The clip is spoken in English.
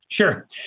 Sure